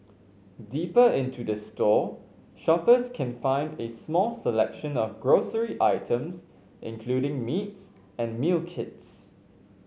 deeper into the store shoppers can find a small selection of grocery items including meats and meal kits